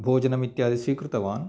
भोजनम् इत्यादि स्वीकृतवान्